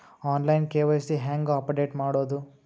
On line KYC ಹೇಂಗ update ಮಾಡೋದು?